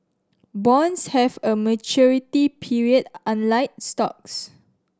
bonds have a maturity period unlike stocks